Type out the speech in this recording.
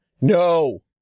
No